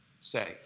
say